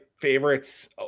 favorites